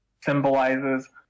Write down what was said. symbolizes